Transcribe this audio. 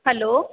hello